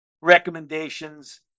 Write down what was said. recommendations